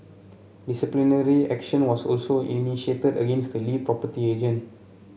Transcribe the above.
disciplinary action was also initiated against the lead property agent